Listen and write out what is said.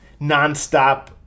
nonstop